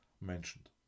mentioned